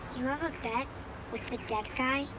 you have a bet with a dead guy